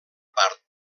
part